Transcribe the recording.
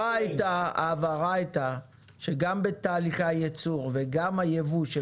ההבהרה הייתה שגם בתהליכי הייצור וגם הייבוא של